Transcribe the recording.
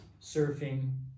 surfing